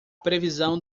previsão